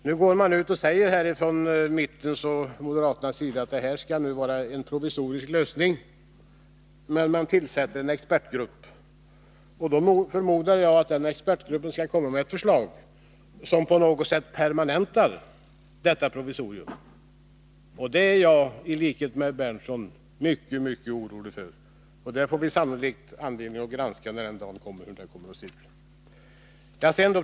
Nu går man ut från mittens och moderaternas sida och säger att förslaget innebär en provisorisk lösning, och att man tillsätter en expertgrupp. Då förmodar jag att den expertgruppen skall komma med ett förslag som på något sätt permanentar detta provisorium. Det är jag, i likhet med Nils Berndtson, mycket orolig för. Hur det förslaget ser ut får vi sannolikt anledning att granska den dagen det läggs fram.